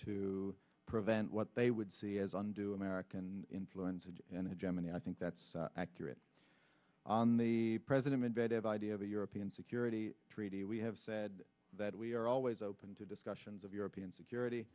to prevent what they would see as undue american influence and a gemini i think that's accurate on the president medvedev idea of a european security treaty we have said that we are always open to discussions of european security